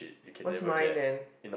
what's mine then